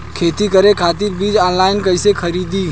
खेती करे खातिर बीज ऑनलाइन कइसे खरीदी?